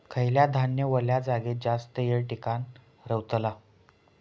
खयला धान्य वल्या जागेत जास्त येळ टिकान रवतला?